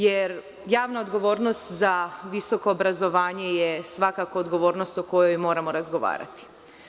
Javna odgovornost za visoko obrazovanje je svakako odgovornost o kojoj moramo razgovarati.